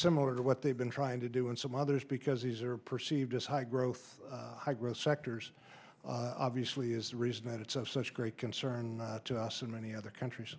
similar to what they've been trying to do and some others because these are perceived as high growth high growth sectors obviously is the reason that it's of such great concern to us and many other countries